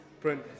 print